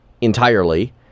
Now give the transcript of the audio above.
Entirely